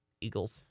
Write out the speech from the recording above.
Eagles